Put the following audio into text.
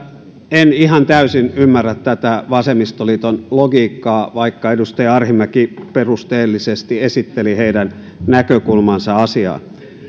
en ihan täysin ymmärrä tätä vasemmistoliiton logiikkaa vaikka edustaja arhinmäki perusteellisesti esitteli heidän näkökulmansa asiaan